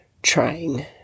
trying